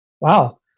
Wow